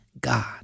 God